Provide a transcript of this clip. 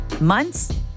months